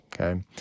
Okay